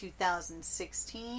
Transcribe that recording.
2016